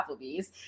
Applebee's